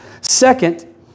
Second